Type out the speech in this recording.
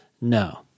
No